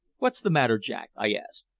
what's the matter, jack? i asked.